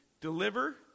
deliver